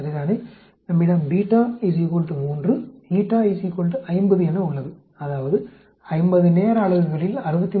நம்மிடம் 3 50 என உள்ளது அதாவது 50 நேர அலகுகளில் 63